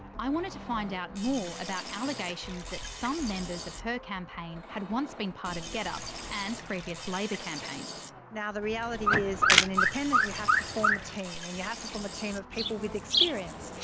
i wanted to find out about more about allegations that some members of her campaign had once been part of getup and previous labor campaigns. now the reality is as an independent you have to form a team and you have to form a team of people with experience.